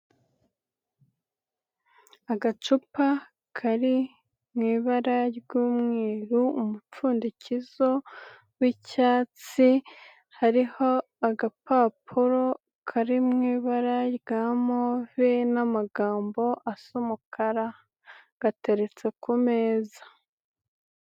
Agacupa kari mu ibara ry'umweru, umupfundikizo w'icyatsi, hariho agapapuro kari mu ibara rya move n'amagambo asa umukara. Gateretse ku meza.